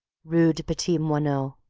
rue des petits moineaux,